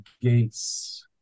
gates